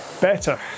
better